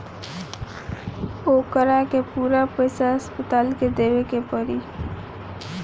ओकरा के पूरा पईसा अस्पताल के देवे के पड़ी